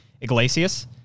Iglesias